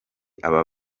aba